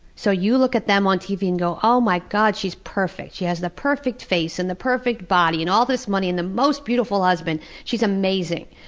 so you look at them on tv and go, oh my god, she's perfect! she has the perfect face and the perfect body and all this money and the most beautiful husband. she's amazing.